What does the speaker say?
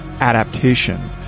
adaptation